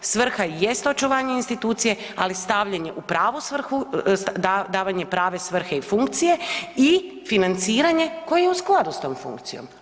Svrha jest očuvanje institucije, ali stavljanje u pravu svrhu, davanje prave svrhe i funkcije i financiranje koje je u skladu s tom funkcijom.